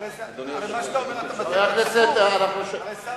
הרי מה שאתה אומר, אתה מטעה את הציבור.